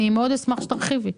אני מאוד אשמח שתרחיבי.